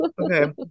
okay